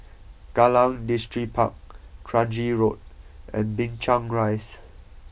Kallang Distripark Kranji Road and Binchang Rise